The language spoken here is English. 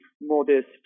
modest